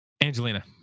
angelina